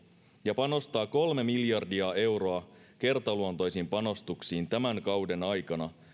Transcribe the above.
ja panostaa kolme miljardia euroa kertaluontoisiin panostuksiin tämän kauden aikana